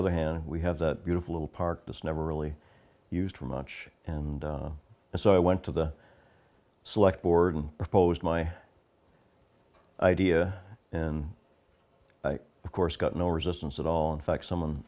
other hand we have that beautiful little park this never really used for much and so i went to the select board and proposed my idea and of course got no resistance at all in fact someone